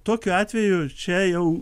tokiu atveju čia jau